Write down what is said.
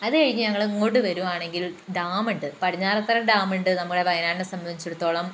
അതുകഴിഞ്ഞ് ഞങ്ങള് ഇങ്ങോട്ട് വരുവാണെങ്കിൽ ഡാമുണ്ട് പടിഞ്ഞാറത്തറ ഡാമുണ്ട് നമ്മടെ വയനാടിനെ സംബന്ധിച്ചിടത്തോളം